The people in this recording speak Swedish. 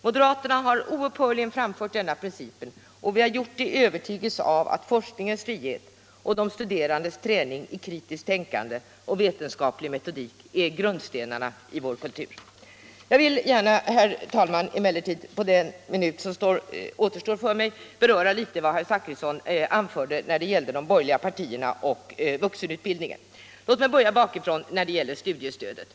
Moderaterna har oupphörligen framfört denna princip, och vi har gjort det i övertygelsen om att forskningens frihet och de studerandes träning i kritiskt tänkande och vetenskaplig metodik är grundstenarna i vår kultur. Jag vill, herr talman, emellertid gärna på den minut som återstår för mig att tala beröra något av vad herr Zachrisson anförde angående de borgerliga partierna oc:h vuxenutbildningen. Låt mig börja bakifrån med studiestödet!